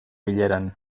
bileran